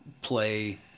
play